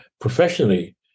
professionally